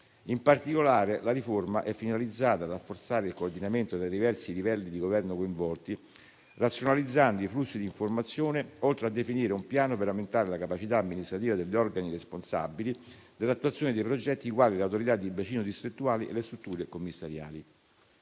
In particolare, la riforma è finalizzata a rafforzare il coordinamento dei diversi livelli di governo coinvolti, razionalizzando i flussi di informazione, oltre a definire un piano per aumentare la capacità amministrativa degli organi responsabili dell'attuazione dei progetti, quali le autorità di bacino distrettuali e le strutture commissariali.